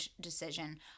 decision